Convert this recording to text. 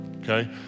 okay